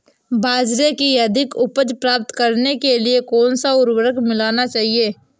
बाजरे की अधिक उपज प्राप्त करने के लिए कौनसा उर्वरक मिलाना चाहिए?